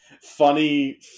Funny